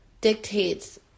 dictates